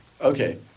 okay